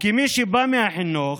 כמי שבא מהחינוך,